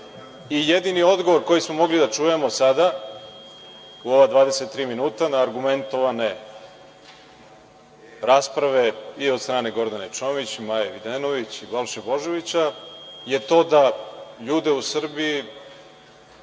i jedini odgovor koji smo mogli da čujemo sada u ova 23 minuta na argumentovane rasprave i od strane Gordane Čomić, Maje Videnović i Balše Božovića je to da ljude u Srbiji